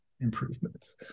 improvements